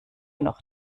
noch